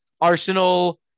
Arsenal